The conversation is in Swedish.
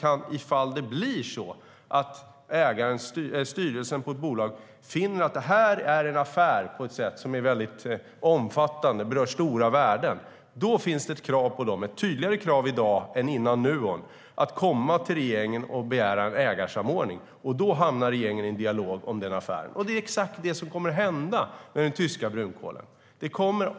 Men om ett bolags styrelse finner att det är en affär som är väldigt omfattande och som berör stora värden finns det ett tydligare krav på styrelsen i dag än vad det gjorde före Nuon att komma till regeringen och begära en ägarsamordning. Då hamnar regeringen i en dialog om den affären. Det är exakt det som kommer att hända med den tyska brunkolen.